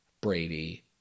Brady